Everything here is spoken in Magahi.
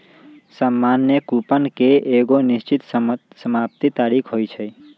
सामान्य कूपन के एगो निश्चित समाप्ति तारिख होइ छइ